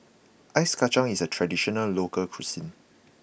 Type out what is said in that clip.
Ice Kacang is a traditional local cuisine